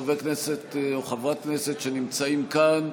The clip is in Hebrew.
חבר כנסת או חברת כנסת שנמצאים כאן,